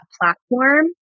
platform